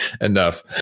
enough